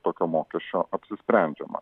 tokio mokesčio apsisprendžiama